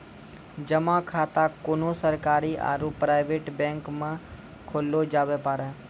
जमा खाता कोन्हो सरकारी आरू प्राइवेट बैंक मे खोल्लो जावै पारै